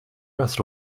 rest